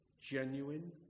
genuine